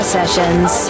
sessions